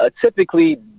typically